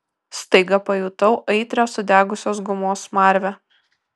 staiga pajutau aitrią sudegusios gumos smarvę